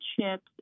chips